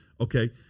Okay